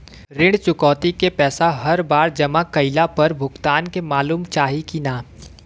ऋण चुकौती के पैसा हर बार जमा कईला पर भुगतान के मालूम चाही की ना?